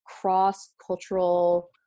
cross-cultural